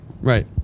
right